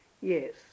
Yes